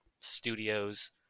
studios